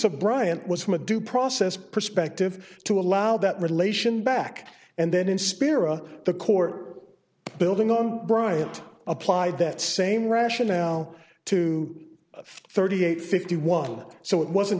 of bryant was from a due process perspective to allow that relation back and then in spira the court building on bryant applied that same rationale to thirty eight fifty one so it wasn't